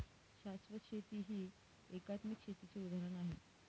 शाश्वत शेती हे एकात्मिक शेतीचे उदाहरण आहे